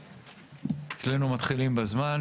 אצלנו מתחילים בזמן,